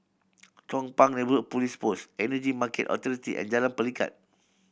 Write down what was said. Chong Pang Neighbourhood Police Post Energy Market Authority and Jalan Pelikat